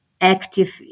Active